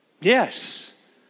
Yes